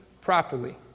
properly